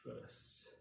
first